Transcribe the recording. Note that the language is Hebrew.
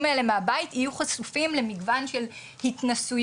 האלה מהבית יהיו חשופים למגוון של התנסויות,